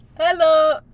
Hello